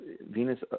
Venus